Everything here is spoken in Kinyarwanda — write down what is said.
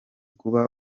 kuba